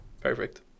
Perfect